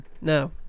No